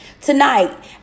Tonight